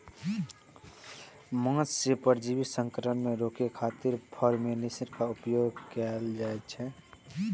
माछ मे परजीवी संक्रमण रोकै खातिर फॉर्मेलिन के उपयोग कैल जाइ छै